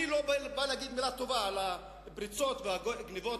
אני לא בא להגיד מלה טובה על פריצות ועל גנבות,